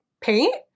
paint